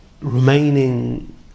remaining